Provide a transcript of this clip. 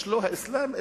לא האסלאם,